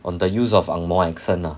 on the use of ang moh accent lah